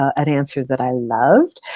ah an answer that i loved.